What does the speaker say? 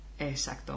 Exacto